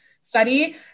study